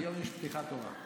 היום יש פתיחה טובה.